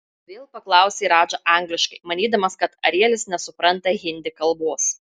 vėl paklausė radža angliškai manydamas kad arielis nesupranta hindi kalbos